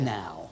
now